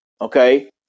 Okay